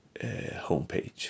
homepage